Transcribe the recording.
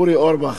אורי אורבך,